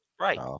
right